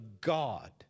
God